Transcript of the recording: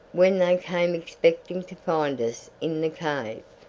when they came expecting to find us in the cave.